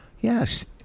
Yes